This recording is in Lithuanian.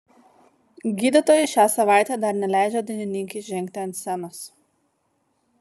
gydytojai šią savaitę dar neleidžia dainininkei žengti ant scenos